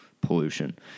pollution